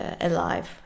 alive